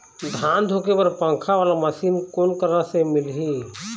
धान धुके बर पंखा वाला मशीन कोन करा से मिलही?